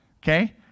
Okay